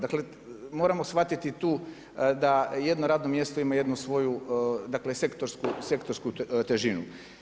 Dakle moramo shvatiti tu da jedno radno mjesto ima jednu svoju sektorsku težinu.